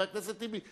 חבר הכנסת טיבי.